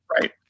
right